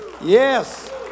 Yes